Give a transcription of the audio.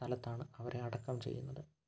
സ്ഥലത്താണ് അവരെ അടക്കം ചെയ്യുന്നത്